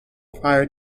prior